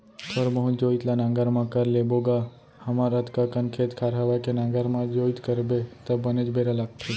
थोर बहुत जोइत ल नांगर म कर लेबो गा हमर अतका कन खेत खार हवय के नांगर म जोइत करबे त बनेच बेरा लागथे